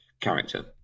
character